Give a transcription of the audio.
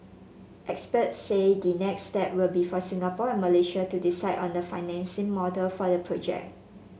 experts said the next step will be for Singapore and Malaysia to decide on the financing model for the project